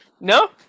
No